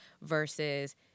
versus